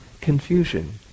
confusion